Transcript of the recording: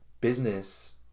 business